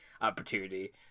opportunity